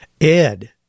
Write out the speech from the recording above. Ed